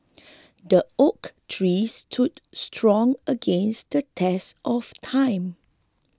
the oak tree stood strong against the test of time